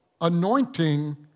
Anointing